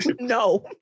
No